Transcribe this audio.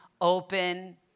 open